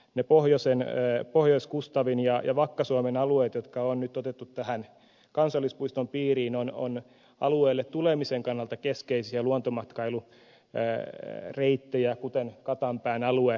ne pohjois kustavin ja vakka suomen alueet jotka on nyt otettu tähän kansallispuiston piiriin ovat alueelle tulemisen kannalta keskeisiä luontomatkailureittejä kuten katanpään alue